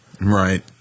Right